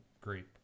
great